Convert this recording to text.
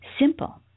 simple